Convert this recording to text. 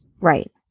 Right